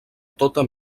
tota